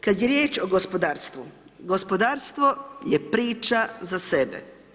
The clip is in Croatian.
Kad je riječ o gospodarstvu, gospodarstvo je priča za sebe.